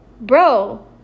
Bro